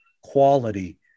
quality